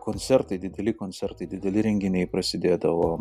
koncertai dideli koncertai dideli renginiai prasidėdavo